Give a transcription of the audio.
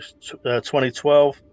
2012